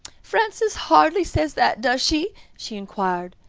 frances hardly says that, does she? she enquired.